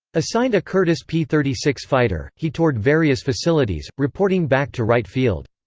assigned a curtiss p thirty six fighter, he toured various facilities, reporting back to wright field.